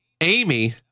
Amy